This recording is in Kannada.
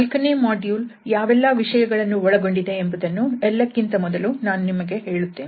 ನಾಲ್ಕನೇ ಮಾಡ್ಯೂಲ್ ಯಾವೆಲ್ಲಾ ವಿಷಯಗಳನ್ನು ಒಳಗೊಂಡಿದೆ ಎಂಬುದನ್ನು ಎಲ್ಲಕ್ಕಿಂತ ಮೊದಲು ನಾನು ನಿಮಗೆ ಹೇಳುತ್ತೇನೆ